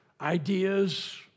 Ideas